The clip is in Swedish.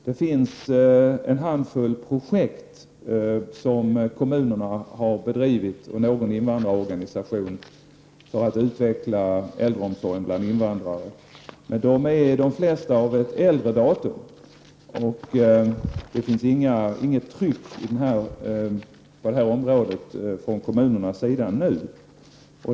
Det finns en handfull projekt som kommunerna och någon invandrarorganisation har bedrivit för att utveckla äldreomsorgen bland invandrare, men de flesta av dem är av äldre datum. Det finns inget tryck på det här området från kommunernas sida nu.